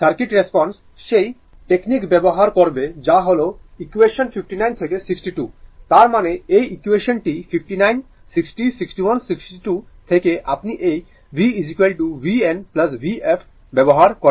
circuit response সেই technique ব্যবহার করবে যা হল ইকুয়েসান 59 থেকে 62 তার মানে এই ইকুয়েসান টি 59 60 61 62 থেকে আপনি এই v vn vf ব্যবহার করেন